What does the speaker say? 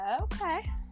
Okay